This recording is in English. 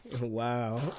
wow